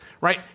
Right